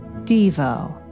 Devo